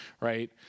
right